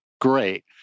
great